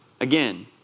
Again